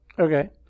Okay